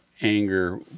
anger